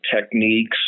techniques